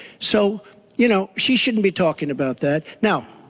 so you know she shouldn't be talking about that. now,